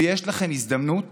ויש לכם הזדמנות